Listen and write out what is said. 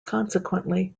consequently